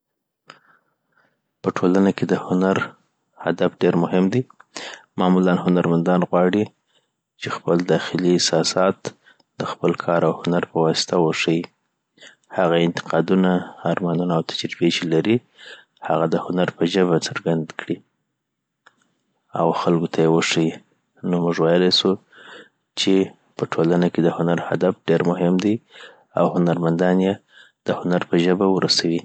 په ټولنه کې د هنر هدف ډیر مهم دي معمولا هنرمندان غواړي چي خپل داخلي احساسات د خپل کار او هنر په واسطه وښه یی هغه انتقادونه ارمانونه او تجربي چی لري هغه د هنر په ژبه څرګند کړي .او خلکو ته یی وښه یی نو مونږ ویالای سو چی په ټولنه کی د هنر هدف ډیر مهم دی او هنرمندان یی دهنر په ژبه ور رسوی